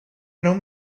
don’t